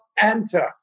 enter